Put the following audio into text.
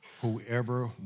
Whoever